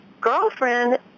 girlfriend